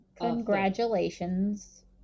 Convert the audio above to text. congratulations